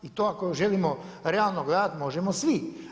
I to ako želimo realno gledati, možemo svi.